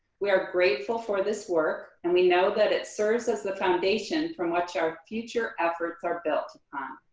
we are grateful for this work and we know that it serves as the foundation from which our future efforts are built upon.